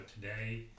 today